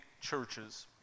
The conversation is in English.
churches